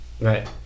Right